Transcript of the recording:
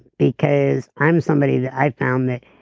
because i'm somebody that i found that